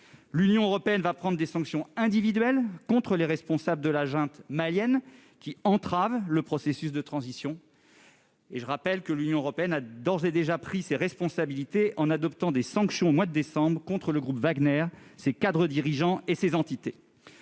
L'Union européenne va prendre des sanctions individuelles contre les responsables de la junte malienne, qui entravent le processus de transition. Je rappelle qu'elle a d'ores et déjà pris ses responsabilités, en adoptant des sanctions au mois de décembre contre le groupe Wagner, ses cadres dirigeants et ses entités.